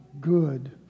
good